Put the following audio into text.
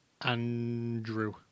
andrew